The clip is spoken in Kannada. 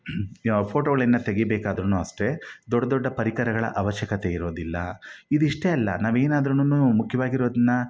ಯ ಫೋಟೋಗಳನ್ನು ತೆಗೀಬೇಕಾದರೂ ಅಷ್ಟೇ ದೊಡ್ಡ ದೊಡ್ಡ ಪರಿಕರಗಳ ಅವಶ್ಯಕತೆ ಇರೋದಿಲ್ಲ ಇದಿಷ್ಟೇ ಅಲ್ಲ ನಾವು ಏನನ್ನಾದ್ರೂನು ಮುಖ್ಯವಾಗಿರೋದನ್ನ